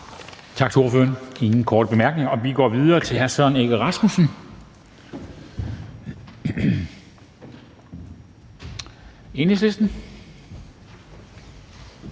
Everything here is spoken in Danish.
Tak til ordføreren. Der er ingen korte bemærkninger, og vi går videre til hr. Søren Egge Rasmussen, Enhedslisten.